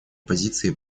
позиции